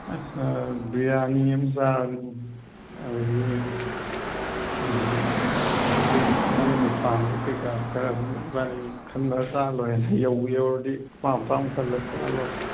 ꯑꯁ ꯕꯤꯔꯌꯥꯅꯤꯃ ꯆꯥꯔꯅꯤ ꯑꯗꯒꯤ ꯑꯇꯩ ꯅꯪꯅ ꯄꯥꯝꯕ ꯀꯩꯀꯥ ꯈꯔꯗꯨꯝ ꯏꯕꯥꯅꯤ ꯈꯟꯅꯔ ꯆꯥꯔ ꯂꯣꯏꯔꯦꯅꯦ ꯌꯧꯕꯨ ꯌꯧꯔꯗꯤ ꯑꯄꯥꯝ ꯑꯄꯥꯝꯕ ꯈꯜꯂ ꯆꯥꯔꯥ ꯂꯣꯏꯔꯦ